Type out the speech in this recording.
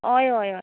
हय हय हय